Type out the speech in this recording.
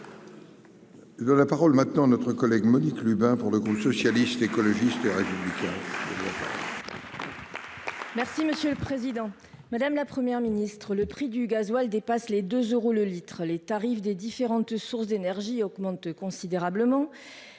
De la parole maintenant notre collègue Monique Lubin, pour le groupe socialiste. écologiste et républicain. Merci monsieur le Président Madame la première ministre le prix du gasoil dépasse les 2 euros le litre, les tarifs des différentes sources d'énergie augmente considérablement